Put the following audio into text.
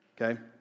Okay